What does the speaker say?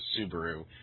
Subaru